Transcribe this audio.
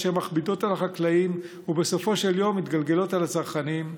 אשר מכבידות על החקלאים ובסופו של יום מתגלגלות לצרכנים,